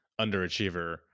underachiever